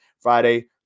Friday